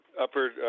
upper